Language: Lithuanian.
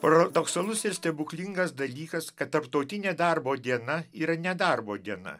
paradoksalus ir stebuklingas dalykas kad tarptautinė darbo diena yra nedarbo diena